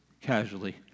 casually